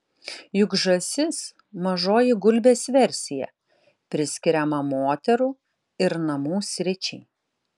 juk žąsis mažoji gulbės versija priskiriama moterų ir namų sričiai